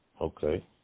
Okay